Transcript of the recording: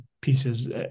pieces